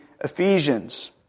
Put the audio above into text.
Ephesians